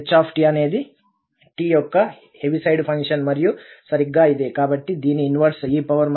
H అనేది t యొక్క Heaviside function మరియు సరిగ్గా ఇదే